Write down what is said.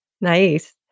Nice